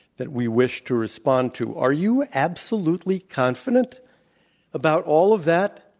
that we wish to respond to. are you absolutely confident about all of that,